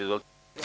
Izvolite.